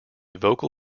vocal